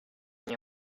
nie